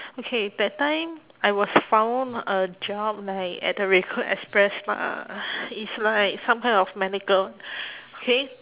okay that time I was found a job like at the recruit express lah uh it's like some kind of medical okay